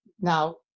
Now